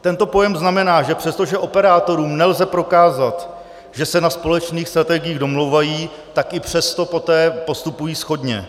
Tento pojem znamená, že přestože operátorům nelze prokázat, že se na společných strategiích domlouvají, tak i přesto poté postupují shodně.